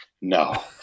no